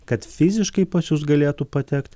kad fiziškai pas jus galėtų patekt